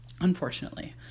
unfortunately